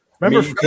Remember